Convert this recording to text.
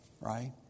right